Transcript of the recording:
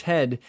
Ted